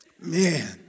Man